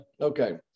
Okay